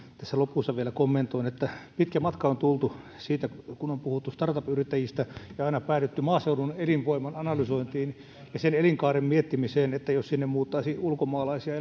tässä lopussa vielä kommentoin että pitkä matka on tultu kun on puhuttu startup yrittäjistä ja päädytty maaseudun elinvoiman analysointiin ja sen elinkaaren miettimiseen että jos sinne maaseudulle muuttaisi ulkomaalaisia